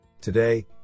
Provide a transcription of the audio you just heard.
Today